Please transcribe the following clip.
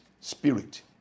spirit